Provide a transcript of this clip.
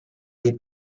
dei